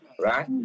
right